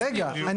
מנה